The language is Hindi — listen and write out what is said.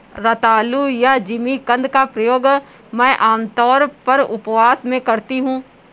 रतालू या जिमीकंद का प्रयोग मैं आमतौर पर उपवास में करती हूँ